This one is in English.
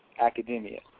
academia